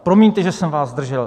Promiňte, že jsem vás zdržel.